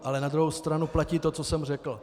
Ale na druhou stranu platí to, co jsem řekl.